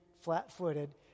flat-footed